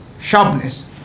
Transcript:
sharpness